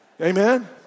Amen